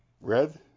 Red